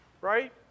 right